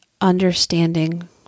understanding